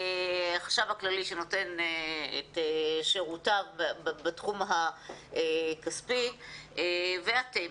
החשב הכללי שנותן את שירותיו בתחום הכספי ואתם.